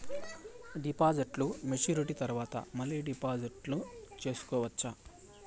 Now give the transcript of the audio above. డిపాజిట్లు మెచ్యూరిటీ తర్వాత మళ్ళీ డిపాజిట్లు సేసుకోవచ్చా?